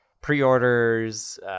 pre-orders